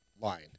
line